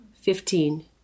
Fifteen